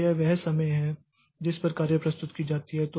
तो यह वह समय है जिस पर कार्य प्रस्तुत की जाती है